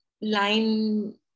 line